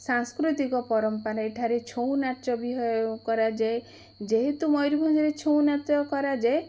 ସାଂସ୍କୃତିକ ପର୍ବ ମାନେ ଏଠାରେ ଛଉ ନାଚ ବି ହଏ କରାଯାଏ ଯେହେତୁ ମୟୂରଭଞ୍ଜରେ ଛଉ ନାଚ କରାଯାଏ